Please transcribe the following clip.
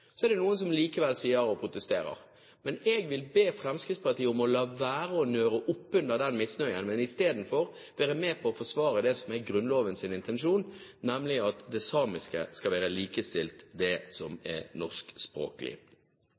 Så er det likevel noen som protesterer. Jeg vil be Fremskrittspartiet om å la være å nøre opp under den misnøyen, men heller være med på å forsvare det som er Grunnlovens intensjon, nemlig at det samiske skal være likestilt det norskspråklige. Jeg er bekymret over den utviklingen som